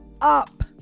up